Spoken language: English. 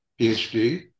PhD